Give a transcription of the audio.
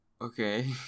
Okay